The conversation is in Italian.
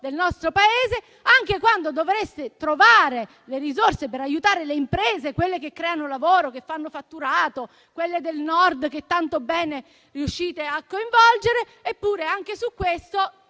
del nostro Paese. Anche quando dovreste trovare le risorse per aiutare le imprese che creano lavoro e che fanno fatturato, quelle del Nord che tanto bene riuscite a coinvolgere, alla fine è un